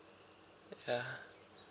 ya